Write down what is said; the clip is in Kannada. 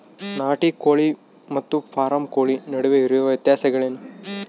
ನಾಟಿ ಕೋಳಿ ಮತ್ತು ಫಾರಂ ಕೋಳಿ ನಡುವೆ ಇರುವ ವ್ಯತ್ಯಾಸಗಳೇನು?